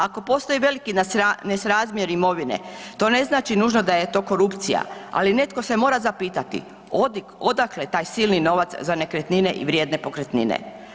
Ako postoji veliki nesrazmjer imovine to ne znači nužno da je to korupcija, ali netko se mora zapitati odakle taj silni novac za nekretnine i vrijedne pokretnine?